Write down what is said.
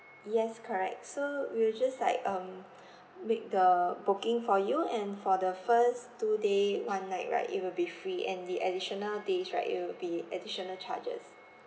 yes correct so we will just like um make the booking for you and for the first two day one night right it will be free and the additional days right it will be additional charges